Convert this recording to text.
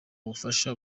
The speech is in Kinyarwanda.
ubufasha